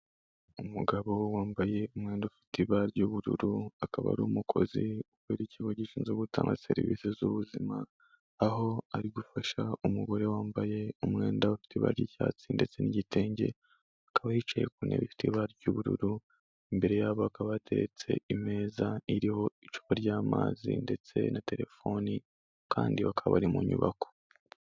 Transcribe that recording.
Umugabo wambaye umwenda ufite ibara ry'ubururu akaba ari umukozi ukorera ikigo gishinzwe gutanga serivise z'ubuzima, aho ari gufasha umugore wambaye umwenda ufite ibara ry'icyatsi ndetse n'igitenge, akaba yicaye ku ntebe ifite ibara ry'ubururu, imbere yabo hakaba hateretse imeza iriho icupa ry'amazi ndetse na telefoni kandi bakaba bari mu nyubako.